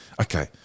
Okay